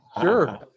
Sure